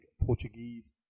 Portuguese